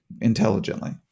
intelligently